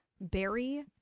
berry